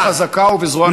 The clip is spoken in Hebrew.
ביד חזקה ובזרוע נטויה.